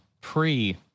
pre